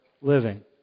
living